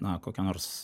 na kokią nors